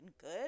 good